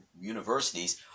universities